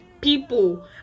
people